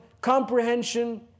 comprehension